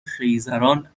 خیزران